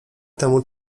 temu